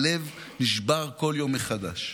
הלב נשבר כל יום מחדש,